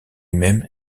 même